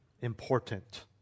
important